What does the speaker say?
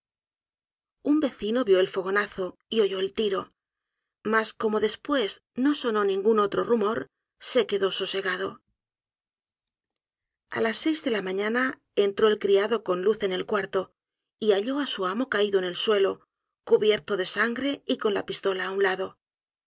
un vecino vio el fogonazo y oyó el tiro mas como después no sonó ningún otro rumor se quedó sosegado a las seis de la mañana entró el criado con luz en el cuarto y halló á su amo caido en el suelo cubierto de sangre y con la pistola á un lado